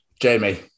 Jamie